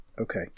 Okay